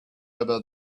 about